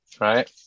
right